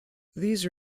these